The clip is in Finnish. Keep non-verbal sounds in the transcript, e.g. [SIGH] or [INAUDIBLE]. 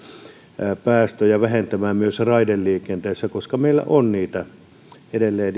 liikennepäästöjä vähentämään myös raideliikenteessä koska meillä on edelleen [UNINTELLIGIBLE]